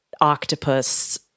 octopus